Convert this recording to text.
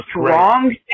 strong